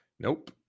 Nope